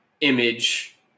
image